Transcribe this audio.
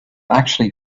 actually